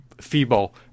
feeble